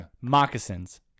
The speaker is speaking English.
Moccasins